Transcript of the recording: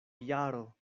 jaro